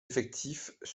effectifs